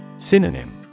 Synonym